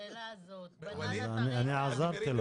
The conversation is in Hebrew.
אני עזרתי לו.